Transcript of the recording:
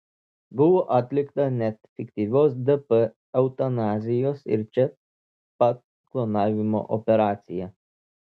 buvo atlikta net fiktyvios dp eutanazijos ir čia pat klonavimo operacija